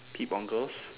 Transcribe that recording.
peep on girls